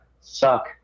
Suck